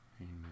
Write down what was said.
Amen